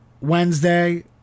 Wednesday